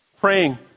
Praying